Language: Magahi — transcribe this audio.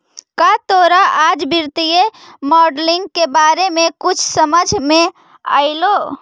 का तोरा आज वित्तीय मॉडलिंग के बारे में कुछ समझ मे अयलो?